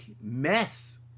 mess